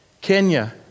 Kenya